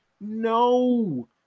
No